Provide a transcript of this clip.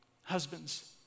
husbands